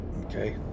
Okay